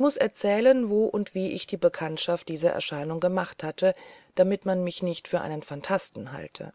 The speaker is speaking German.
muß erzählen wo und wie ich die bekanntschaft dieser erscheinung gemacht hatte damit man mich nicht für einen fantasten halte